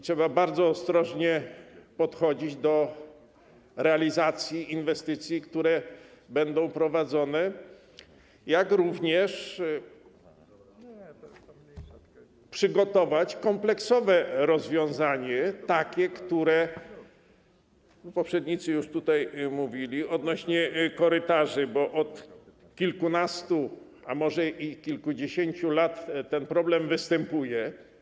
Trzeba bardzo ostrożnie podchodzić do realizacji inwestycji, które będą prowadzone, jak również przygotować kompleksowe rozwiązanie - o tym poprzednicy już tutaj mówili - dotyczące korytarzy, bo od kilkunastu, a może i kilkudziesięciu lat ten problem występuje.